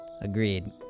Agreed